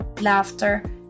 laughter